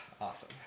awesome